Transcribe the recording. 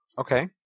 Okay